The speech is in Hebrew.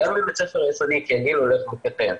גם בבית ספר יסודי כי הגיל הולך וקטן.